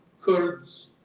Kurds